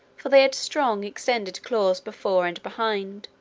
for they had strong extended claws before and behind,